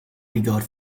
regard